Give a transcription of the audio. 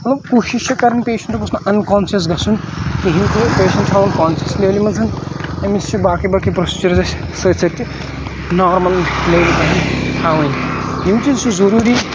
مَطلَب کوٗشِش چھِ کَرٕنۍ پیشَنٹ گوٚژھ نہٕ اَنکونشیٚس گَژھُن کہیٖنۍ تہِ پیشَنٹ چھُ تھاوُن کونشیٚس لیولہِ مَنٛز أمِس چھِ باقٕے باقٕے پاسچٔرٕس اَسہِ سۭتۍ سۭتۍ تہٕ نارمَل لیولہِ پٮ۪ٹھ تھاوٕنۍ یِم چیٖز چھِ ضروٗری